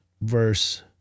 verse